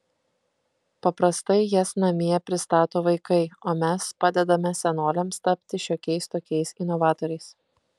paprastai jas namie pristato vaikai o mes padedame senoliams tapti šiokiais tokiais inovatoriais